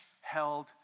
held